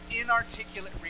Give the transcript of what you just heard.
inarticulate